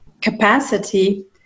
capacity